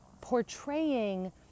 portraying